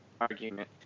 argument